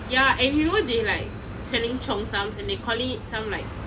ya and you know they like selling cheongsams and they call it like